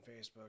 Facebook